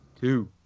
Two